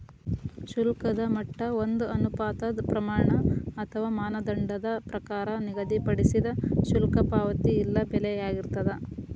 ಶುಲ್ಕದ ಮಟ್ಟ ಒಂದ ಅನುಪಾತದ್ ಪ್ರಮಾಣ ಅಥವಾ ಮಾನದಂಡದ ಪ್ರಕಾರ ನಿಗದಿಪಡಿಸಿದ್ ಶುಲ್ಕ ಪಾವತಿ ಇಲ್ಲಾ ಬೆಲೆಯಾಗಿರ್ತದ